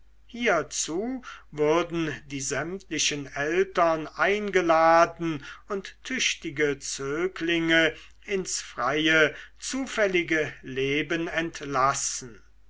hierzu würden die sämtlichen eltern eingeladen und tüchtige zöglinge ins freie zufällige leben entlassen